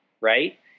right